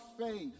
faith